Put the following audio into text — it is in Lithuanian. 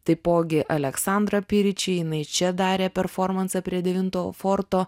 taipogi aleksandra piriči jinai čia darė performansą prie devinto forto